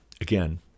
Again